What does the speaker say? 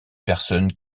personne